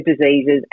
diseases